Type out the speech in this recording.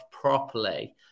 properly